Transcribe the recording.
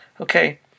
okay